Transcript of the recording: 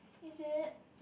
is it